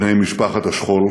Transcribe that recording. בני משפחת השכול,